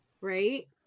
right